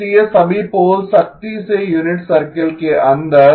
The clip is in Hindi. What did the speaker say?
इसलिए सभी पोल्स सख्ती से यूनिट सर्कल के अंदर